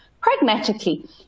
Pragmatically